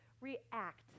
react